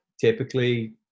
typically